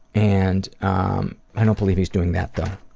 and um i don't believe he's doing that, though.